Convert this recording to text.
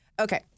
Okay